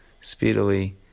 speedily